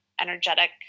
energetic